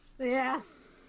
Yes